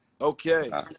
Okay